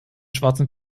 schwarzen